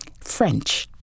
French